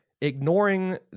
Ignoring